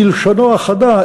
בלשונו החדשה,